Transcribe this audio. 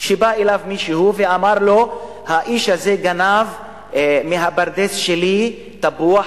שבא אליו מישהו ואמר לו: האיש הזה גנב מהפרדס שלי תפוח,